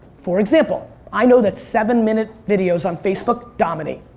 for example, i know that seven minute videos on facebook dominate.